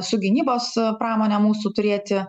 su gynybos pramone mūsų turėti